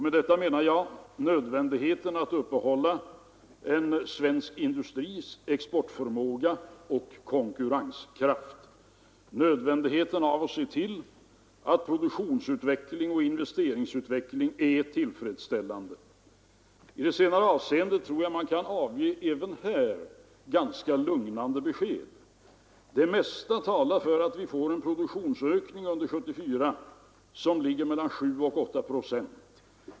Med detta avser jag att framhålla nödvändigheten av att upprätthålla svensk industris exportförmåga och konkurrenskraft, nödvändigheten av att se till att produktionsutveckling och investeringsutveckling är tillfredsställande. Även i det senare avseendet tror jag att jag kan ge ganska lugnande besked. Det mesta talar för en produktionsökning under 1974 på mellan 7 och 8 procent.